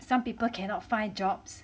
some people cannot find jobs